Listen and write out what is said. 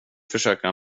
försöker